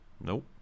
Nope